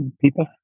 people